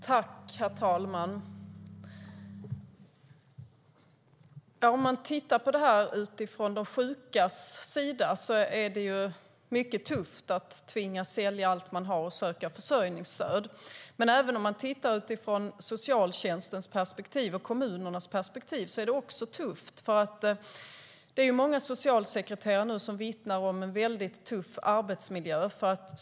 Herr talman! Om man tittar på det här från de sjukas sida ser man att det är mycket tufft att tvingas sälja allt man har och söka försörjningsstöd. Men även ur socialtjänstens perspektiv och kommunernas perspektiv är det tufft. Det är många socialsekreterare som nu vittnar om en väldigt tuff arbetsmiljö.